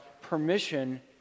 permission